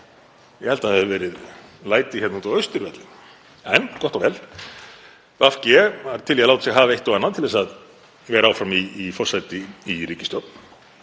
Ég held að það hefðu orðið læti hérna úti á Austurvelli. En gott og vel, VG var til í að láta sig hafa eitt og annað til að vera áfram í forsæti í ríkisstjórn,